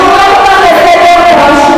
הוא היה כל השנים בכלא.